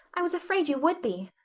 i was afraid you would be.